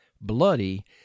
bloody